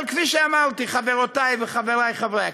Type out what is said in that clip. אבל כפי שאמרתי, חברותי וחברי חברי הכנסת,